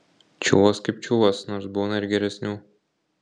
čiuvas kaip čiuvas nors būna ir geresnių